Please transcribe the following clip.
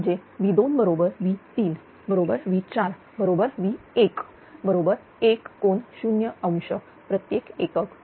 ते म्हणजे V2 बरोबर V3 बरोबर V4 बरोबर V1 बरोबर 1∠0° प्रत्येक एकक